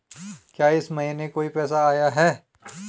क्या इस महीने कोई पैसा आया है?